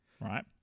right